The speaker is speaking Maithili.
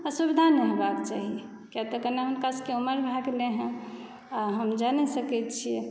असुविधा नहि होयबाक चाही किआ तऽ कने हुनका सबके उमर भए गेलै हँ आ हम जा नहि सकैत छियै